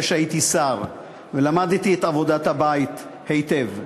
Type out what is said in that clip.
שהייתי שר ולמדתי את עבודת הבית היטב.